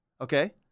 okay